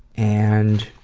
and